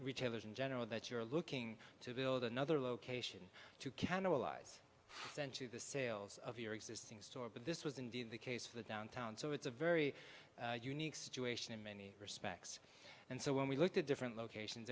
retailers in general that you're looking to build another location to cannibalize sent to the sales of your existing store but this was indeed the case for the downtown so it's a very unique situation in many respects and so when we looked at different locations